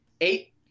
eight